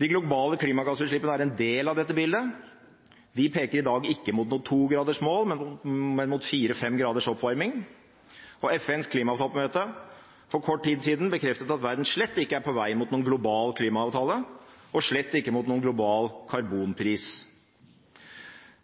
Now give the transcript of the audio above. De globale klimagassutslippene er en del av dette bildet. De peker i dag ikke mot noe togradersmål, men mot 4-5 graders oppvarming, og FNs klimatoppmøte for kort tid siden bekreftet at verden slett ikke er på vei mot noen global klimaavtale, og slett ikke mot noen global karbonpris.